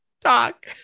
talk